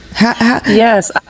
yes